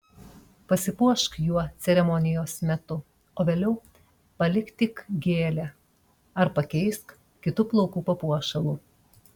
pasipuošk juo ceremonijos metu o vėliau palik tik gėlę ar pakeisk kitu plaukų papuošalu